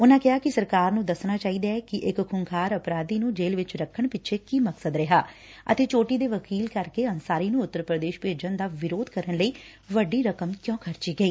ਉਨਾਂ ਕਿਹਾ ਕਿ ਸਰਕਾਰ ਨੂੰ ਦੱਸਣਾ ਚਾਹੀਦੈ ਕਿ ਇਕ ਖੁੰਖਾਰ ਅਪਰਾਧੀ ਨੂੰ ਜੇਲ਼ ਵਿਚ ਰੱਖਣ ਪਿੱਛੇ ਕੀ ਮਕਸਦ ਰਿਹਾ ਅਤੇ ਚੋਟੀ ਦੇ ਵਕੀਲ ਕਰਕੇ ਅੰਸਾਰੀ ਨੂੰ ਉੱਤਰ ਪ੍ਰਦੇਸ਼ ਭੇਜਣ ਦਾ ਵਿਰੋਧ ਕਰਨ ਲਈ ਵੱਡੀ ਰਕਮ ਕਿਉਂ ਖਰਚੀ ਗਈ